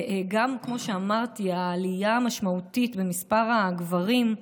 גם כמו שאמרתי, יש עלייה משמעותית במספר הגברים,